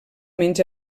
menys